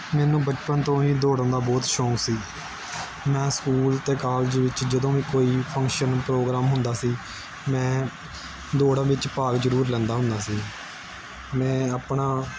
ਮੈਨੂੰ ਬਚਪਨ ਤੋਂ ਹੀ ਦੌੜਣ ਦਾ ਬਹੁਤ ਸ਼ੌਕ ਸੀ ਮੈਂ ਸਕੂਲ ਅਤੇ ਕਾਲਜ ਵਿੱਚ ਜਦੋਂ ਵੀ ਕੋਈ ਫੰਕਸ਼ਨ ਪ੍ਰੋਗਰਾਮ ਹੁੰਦਾ ਸੀ ਮੈਂ ਦੌੜਾ ਵਿੱਚ ਭਾਗ ਜ਼ਰੂਰ ਲੈਂਦਾ ਹੁੰਦਾ ਸੀ ਮੈਂ ਆਪਣਾ